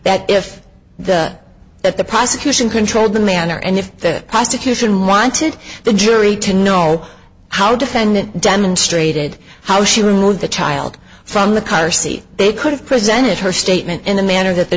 that if the that the prosecution controlled the manner and if the prosecution wanted the jury to know how defendant demonstrated how she removed the child from the car seat they could have presented her statement in a manner that the